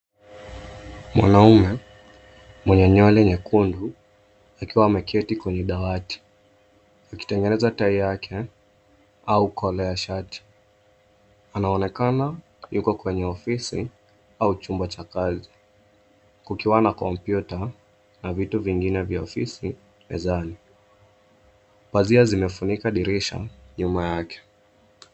Mwanamume, mwenye nywele nyekundu, akiwa ameketi kwenye dawati, akitengeneza tai yake au kola ya shati. Anaonekana yuko kwenye ofisi au chumba cha kazi, kukiwa na kompyuta na vitu vingine vya ofisi mezani. Pazia zimefunika dirisha nyuma yake.